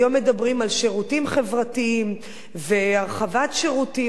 היום מדברים על שירותים חברתיים והרחבת שירותים,